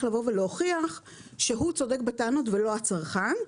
לבוא ולהוכיח שהוא צודק בטענות ולא הצרכן.